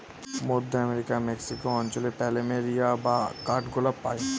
মধ্য আমেরিকার মেক্সিকো অঞ্চলে প্ল্যামেরিয়া বা কাঠগোলাপ পাই